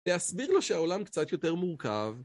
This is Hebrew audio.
להסביר לו שהעולם קצת יותר מורכב.